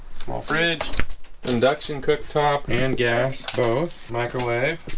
small fridge induction cooktop and gas both microwave